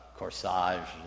corsage